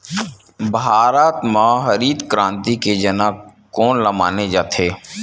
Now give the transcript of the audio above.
भारत मा हरित क्रांति के जनक कोन ला माने जाथे?